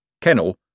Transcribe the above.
Kennel